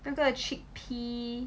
那个 chickpea